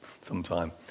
sometime